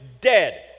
dead